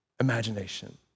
imagination